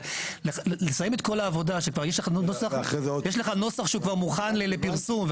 אבל לסיים את כל העבודה שכבר יש לך נוסח שכבר מוכן לפרסום,